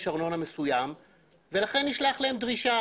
ארנונה מסוים ולכן נשלחה להם דרישה,